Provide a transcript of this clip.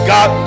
God